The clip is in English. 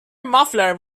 muffler